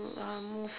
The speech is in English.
uh move